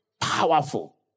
powerful